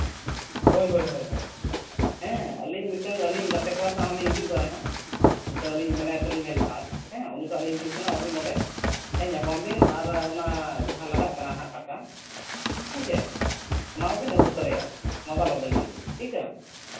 ᱦᱳᱭ ᱦᱳᱭ ᱦᱮᱸ ᱟᱹᱞᱤᱧ ᱢᱤᱫᱴᱮᱱ ᱟᱹᱞᱤᱧ ᱜᱟᱛᱮ ᱠᱚᱲᱟ ᱥᱟᱶ ᱞᱤᱧ ᱦᱤᱡᱩᱜ ᱠᱟᱱᱟ ᱦᱟᱸᱜ ᱢᱤᱫᱴᱮᱱ ᱟᱹᱞᱤᱧ ᱢᱮᱱᱟᱭ ᱛᱟᱹᱞᱤᱧ ᱦᱮᱞᱯᱟᱨ ᱩᱱᱤ ᱥᱟᱶ ᱞᱤᱧ ᱦᱤᱡᱩᱜ ᱠᱟᱱᱟ ᱟᱹᱵᱤᱱ ᱱᱚᱰᱮ ᱧᱟᱯᱟᱢ ᱵᱤᱱ ᱟᱨ ᱚᱱᱟ ᱡᱟᱦᱟᱸ ᱞᱟᱜᱟᱜ ᱠᱟᱱᱟ ᱦᱟᱸᱜ ᱴᱟᱠᱟ ᱦᱮᱸ ᱥᱮ ᱚᱱᱟ ᱠᱚᱵᱤᱱ ᱟᱹᱜᱩ ᱛᱟᱨᱟᱭᱟ ᱚᱱᱟᱫᱚ ᱟᱞᱚᱵᱤᱱ ᱦᱤᱲᱤᱧᱟ ᱴᱷᱤᱠᱟ